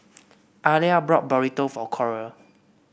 Ellar bought Burrito for Coral